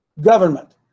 Government